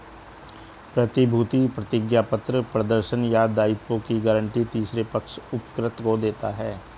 प्रतिभूति प्रतिज्ञापत्र प्रदर्शन या दायित्वों की गारंटी तीसरे पक्ष उपकृत को देता है